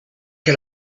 que